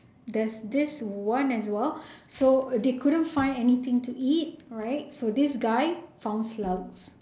there's this one as well so they couldn't find anything to eat right so this guy found slugs